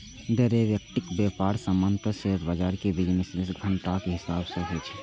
derivative व्यापार सामान्यतः share बाजार के बिजनेस घंटाक हिसाब सं होइ छै